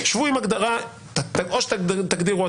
או שאתם תגדירו.